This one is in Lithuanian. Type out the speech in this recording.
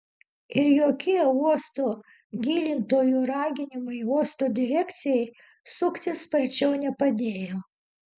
ir jokie uosto gilintojų raginimai uosto direkcijai suktis sparčiau nepadėjo